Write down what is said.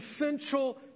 essential